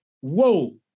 Whoa